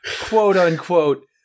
quote-unquote